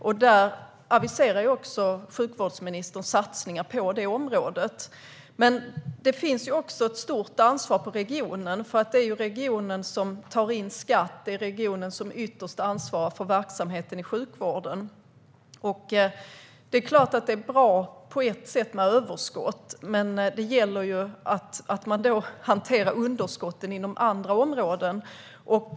Sjukvårdsministern aviserar också satsningar på det området. Men det finns också ett stort ansvar hos regionen, för det är regionen som tar in skatt och som ytterst har ansvar för verksamheten i sjukvården. Det är klart att det på ett sätt är bra med överskott, men det gäller då att man hanterar underskotten inom andra områden.